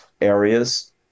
areas